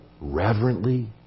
reverently